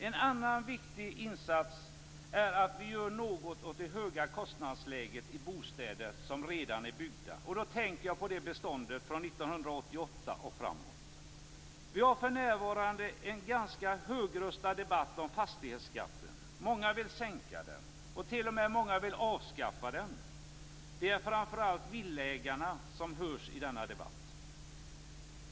En annan viktig insats är att göra något åt det höga kostnadsläget i redan byggda bostäder. Jag tänker på beståndet från 1988 och framåt. Det förs för närvarande en ganska högröstad debatt om fastighetsskatten. Många vill sänka den, och många vill t.o.m. avskaffa den. Det är framför allt villaägarna som hörs i denna debatt.